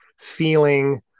feeling